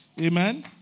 Amen